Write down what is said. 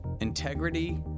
Integrity